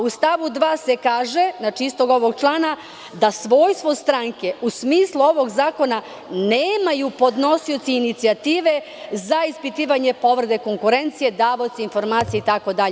U stavu 2. istog ovog člana se kaže da svojstvo stranke u smislu ovog zakona nemaju podnosioci inicijative za ispitivanje povrede konkurencije, davaoci informacije itd.